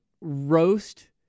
roast